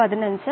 പിറ്റി